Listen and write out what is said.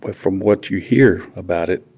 but from what you hear about it,